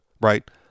right